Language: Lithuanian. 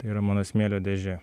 tai yra mano smėlio dėžė